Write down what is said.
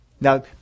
Now